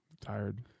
Tired